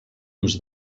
uns